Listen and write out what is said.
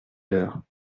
leurs